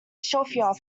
chauffeur